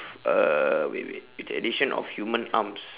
uh wait wait with the addition of human arms